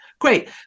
Great